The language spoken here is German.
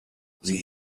sie